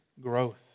growth